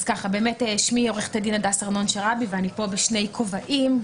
אני פה בשני כובעים,